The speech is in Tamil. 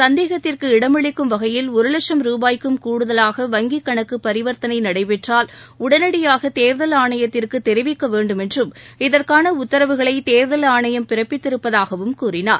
சந்தேகத்திற்கு இடமளிக்கும் வகையில் ஒரு லட்சம் ரூபாய்க்கும் கூடுதலாக வங்கிக் கணக்கு பரிவர்த்தனை நடைபெற்றால் உடனடியாக தேர்தல் ஆணையத்திற்கு தெரிவிக்க வேண்டும் என்றும் இதற்கான உத்தரவுகளை தேர்தல் ஆணையம் பிறப்பித்திருப்பதாகவும் கூறினார்